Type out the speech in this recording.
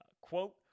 Quote